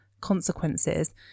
consequences